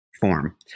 form